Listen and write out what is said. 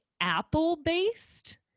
apple-based